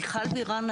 מיכל בירן,